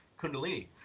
kundalini